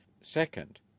Second